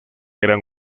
eran